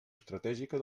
estratègica